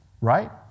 Right